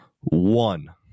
One